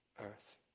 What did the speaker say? earth